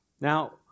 Now